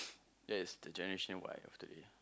that is the generation Y of today